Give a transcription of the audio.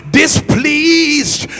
displeased